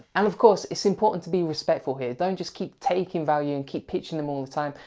and of course, it's important to be respectful here. don't just keep taking value and keep pitching them all the time,